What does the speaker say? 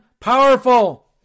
powerful